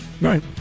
Right